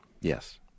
yes